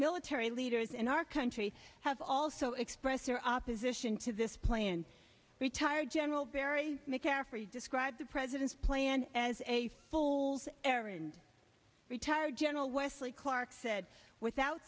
military leaders in our country have also expressed their opposition to this plan retired general barry mccaffrey describes the president's plan as a full airing and retired general wesley clark said without